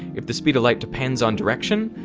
if the speed of light depends on direction,